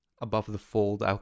above-the-fold